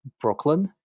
Brooklyn